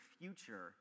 future